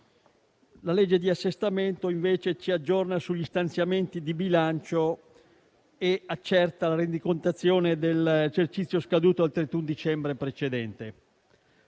La legge di assestamento, invece, ci aggiorna sugli stanziamenti di bilancio e accerta la rendicontazione dell'esercizio scaduto al 31 dicembre precedente.